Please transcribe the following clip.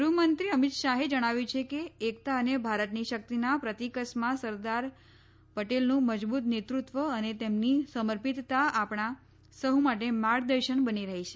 ગૃહમંત્રી અમિત શાહે જણાવ્યું છે કે એકતા અને ભારતની શક્તિના પ્રતિકસમા સરદાર પટેલનું મજબુત નેતૃત્વ અને તેમની સમર્પીતતા આપણા સહ્ માટે માર્ગદર્શન બની રહી છે